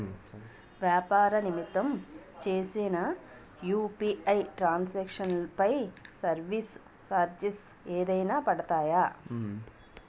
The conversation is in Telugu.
వ్యాపార నిమిత్తం చేసిన యు.పి.ఐ ట్రాన్ సాంక్షన్ పై సర్వీస్ చార్జెస్ ఏమైనా పడతాయా?